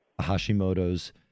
Hashimoto's